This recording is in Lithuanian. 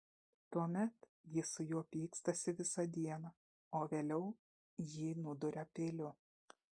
tuomet ji su juo pykstasi visą dieną o vėliau jį nuduria peiliu